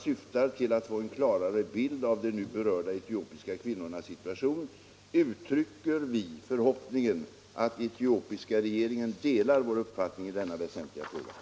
syftar till att få en klarare bild av de nu berörda etiopiska kvinnornas situation, uttrycker vi förhoppningen att etiopiska regeringen delar vår uppfattning i denna väsentliga fråga.